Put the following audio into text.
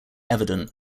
evident